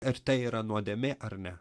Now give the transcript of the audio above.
er tai yra nuodėmė ar ne